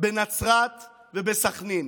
בנצרת ובסח'נין